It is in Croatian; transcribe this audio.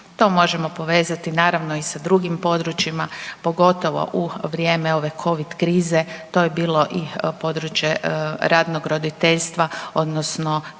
To možemo povezati naravno i sa drugim područjima, pogotovo u vrijeme ove covid krize, to je bilo i područje radnog roditeljstva odnosno